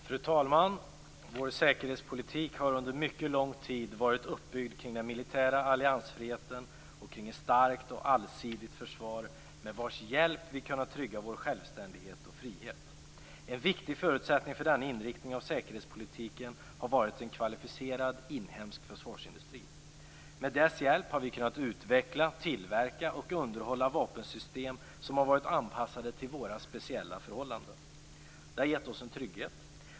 Fru talman! Vår säkerhetspolitik har under en mycket lång tid varit uppbyggd kring den militära alliansfriheten och kring ett starkt och allsidigt försvar med vars hjälp vi har kunnat trygga vår självständighet och frihet. En viktig förutsättning för denna inriktning av säkerhetspolitiken har varit en kvalificerad inhemsk försvarsindustri. Med dess hjälp har vi kunnat utveckla, tillverka och underhålla vapensystem som har varit anpassade till våra speciella förhållanden. Det har gett oss en trygghet.